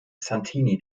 santini